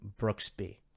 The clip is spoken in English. Brooksby